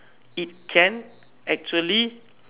it can actually